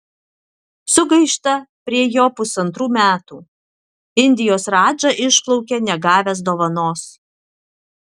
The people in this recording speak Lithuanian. sugaišta prie jo pusantrų metų indijos radža išplaukia negavęs dovanos